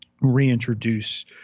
reintroduce